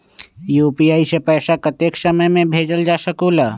UPI से पैसा कतेक समय मे भेजल जा स्कूल?